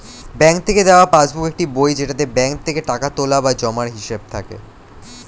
bank থেকে দেওয়া passbook একটি বই যেটাতে ব্যাঙ্ক থেকে টাকা তোলা বা জমার হিসাব থাকে